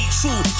true